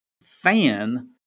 fan